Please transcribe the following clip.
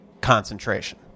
concentration